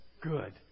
good